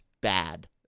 bad